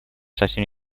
совсем